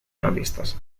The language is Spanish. realistas